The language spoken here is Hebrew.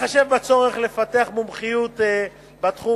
בהתחשב בצורך לפתח מומחיות בתחום,